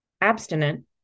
abstinent